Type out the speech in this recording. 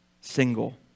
single